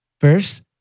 First